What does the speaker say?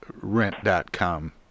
rent.com